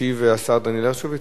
ישיב השר דניאל הרשקוביץ?